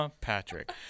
Patrick